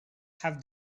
have